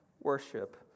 worship